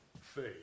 faith